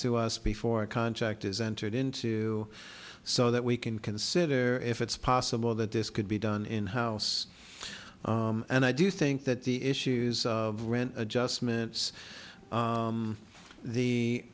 to us before a contract is entered into so the we can consider if it's possible that this could be done in house and i do think that the issues of rent adjustments